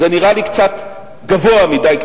זה נראה לי קצת גבוה מדי,